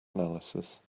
analysis